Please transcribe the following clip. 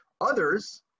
Others